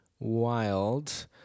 Wild